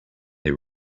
they